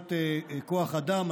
מבחינת כוח אדם,